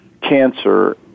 cancer